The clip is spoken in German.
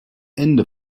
ende